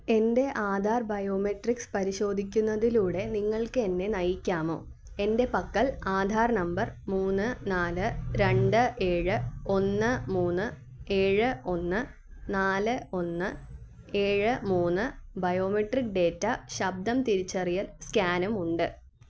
എന്റെ ആധാർ ബയോമെട്രിക്സ് പരിശോധിക്കുന്നതിലൂടെ നിങ്ങൾക്കെന്നെ നയിക്കാമോ എന്റെ പക്കൽ ആധാർ നമ്പർ മൂന്ന് നാല് രണ്ട് ഏഴ് ഒന്ന് മൂന്ന് ഏഴ് ഒന്ന് നാല് ഒന്ന് ഏഴ് മൂന്ന് ബയോമെട്രിക് ഡേറ്റ ശബ്ദം തിരിച്ചറിയൽ സ്കാനുമുണ്ട്